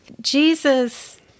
Jesus